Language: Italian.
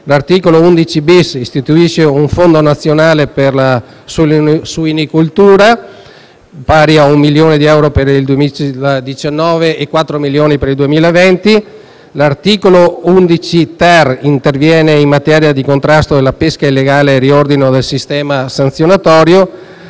L'articolo 11-*bis* istituisce un fondo nazionale per la suinicoltura, pari a un milione di euro per il 2019 e 4 milioni per il 2020. L'articolo 11*-ter* interviene in materia di contrasto della pesca illegale e riordino del sistema sanzionatorio.